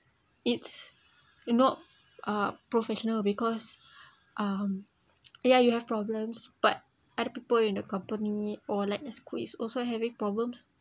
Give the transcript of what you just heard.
it's a not uh professional because um yeah you have problems but other people in the company or like the school is also having problems